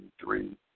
three